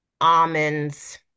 almonds